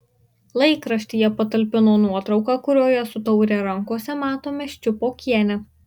laikraštyje patalpino nuotrauką kurioje su taure rankose matome ščiupokienę